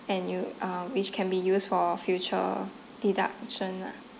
and you uh which can be used for future deduction lah